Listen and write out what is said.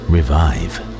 Revive